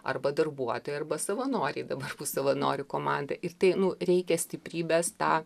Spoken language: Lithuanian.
arba darbuotojai arba savanoriai dabar savanorių komanda ir tai nu reikia stiprybės tą